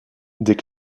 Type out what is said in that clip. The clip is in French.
des